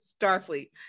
Starfleet